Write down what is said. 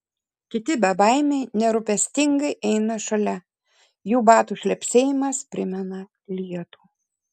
kiti bebaimiai nerūpestingai eina šalia jų batų šlepsėjimas primena lietų